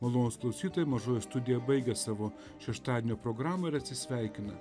malonūs klausytojai mažoji studija baigia savo šeštadienio programą ir atsisveikina